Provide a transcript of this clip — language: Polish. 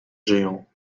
żyją